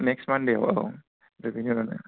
next मानडेआव औ